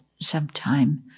sometime